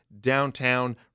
downtown